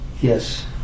Yes